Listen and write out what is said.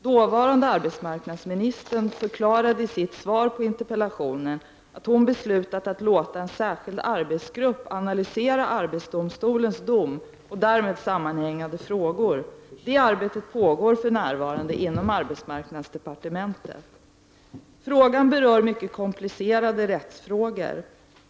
Dåvarande arbetsmarknadsministern förklarade i sitt svar på interpellationen att hon beslutat att låta en särskild arbetsgrupp analysera arbetsdomstolens dom och därmed sammanhängande frågor. Det arbetet pågår för närvarande inom arbetsmarknadsdepartementet. Frågan berör mycket komplicerade rättsfrågor.